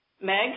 Meg